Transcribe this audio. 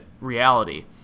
reality